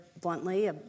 bluntly